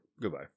Goodbye